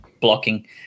blocking